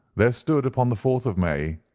there stood upon the fourth of may,